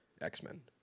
X-Men